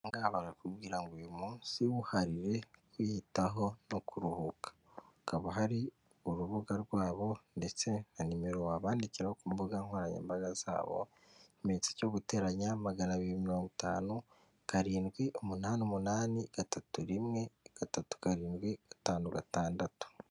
Ahangaha barakubwira ngo uyu munsi wuharire kwiyitaho no kuruhuka, hakaba hari urubuga rwabo ndetse na nimero wabandikira ku mbuga nkoranyambaga zabo ikimenyetso cyo guteranya magana abiri mirongo itanu, karindwi umunani umunani gatatu rimwe gatatu karindwi gatanu gatandatu.